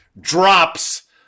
drops